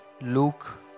Luke